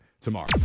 tomorrow